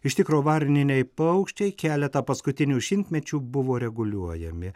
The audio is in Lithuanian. iš tikro varniniai paukščiai keletą paskutinių šimtmečių buvo reguliuojami